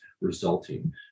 resulting